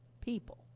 people